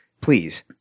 please